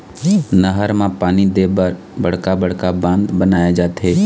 नहर म पानी दे बर बड़का बड़का बांध बनाए जाथे